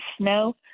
snow